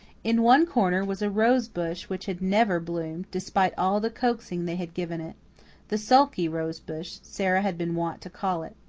in one corner was a rose-bush which had never bloomed, despite all the coaxing they had given it the sulky rose-bush, sara had been wont to call it.